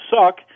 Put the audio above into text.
suck